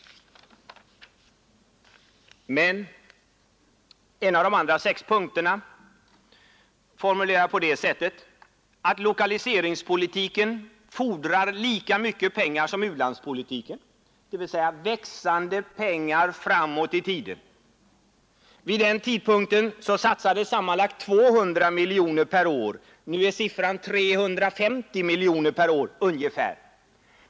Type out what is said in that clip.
En av de andra sex punkterna formulerade jag det på det sättet att lokaliseringspolitiken fordrar lika mycket pengar som u-landspolitiken, dvs. successivt växande belopp framåt i tiden. Vid den tidpunkten satsades sammanlagt 200 miljoner per år. Nu är siffran ungefär 350 miljoner per år.